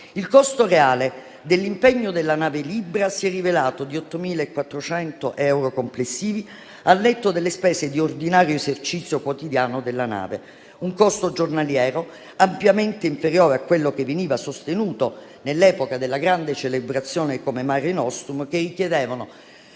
Il costo reale dell'impegno della nave Libra si è rivelato di 8.400 euro complessivi, al netto delle spese di ordinario esercizio quotidiano della nave; un costo giornaliero ampiamente inferiore a quello che veniva sostenuto nell'epoca della grande celebrazione di operazioni come Mare nostrum, che richiedevano